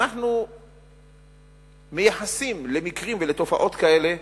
שבהם אנחנו מתייחסים למקרים ולתופעות כאלה,